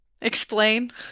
Explain